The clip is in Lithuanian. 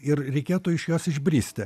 ir reikėtų iš jos išbristi